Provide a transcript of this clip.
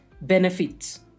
benefits